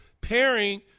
pairing